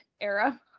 era